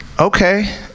Okay